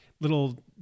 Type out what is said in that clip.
little